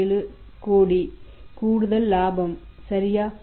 47 கோடி கூடுதல் லாபம் சரியா